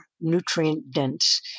nutrient-dense